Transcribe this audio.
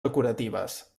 decoratives